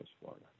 Florida